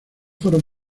fueron